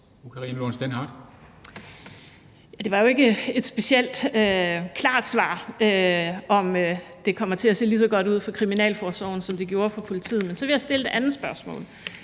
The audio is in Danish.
Det var jo ikke et særlig klart svar, altså om det kommer til at se lige så godt ud for kriminalforsorgen, som det gjorde for politiet. Men så vil jeg stille et andet spørgsmål.